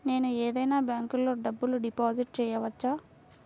నేను ఏదైనా బ్యాంక్లో డబ్బు డిపాజిట్ చేయవచ్చా?